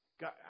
God